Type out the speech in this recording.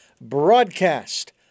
broadcast